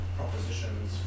propositions